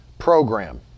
program